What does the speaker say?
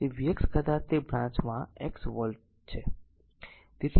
તેથી આ v x કદાચ તે બ્રાંચમાં x વોલ્ટેજ છે